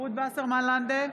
רות וסרמן לנדה,